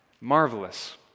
Marvelous